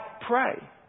pray